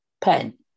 Pen